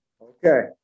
Okay